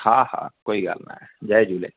हा हा कोई ॻाल्हि न आहे जय झूले